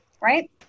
right